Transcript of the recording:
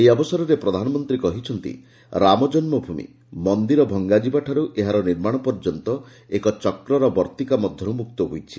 ଏହି ଅବସରରେ ପ୍ରଧାନମନ୍ତ୍ରୀ କହିଛନ୍ତି ରାମ ଜନ୍ମଭୂମି' ମନ୍ଦିର ଭଙ୍ଗାଯିବାଠାରୁ ଏହାର ନିର୍ମାଣ ପର୍ଯ୍ୟନ୍ତ ଏକ ଚକ୍ରର ବର୍ତ୍ତିକା ମଧ୍ୟରୁ ମୁକ୍ତ ହୋଇଛି